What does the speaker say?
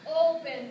open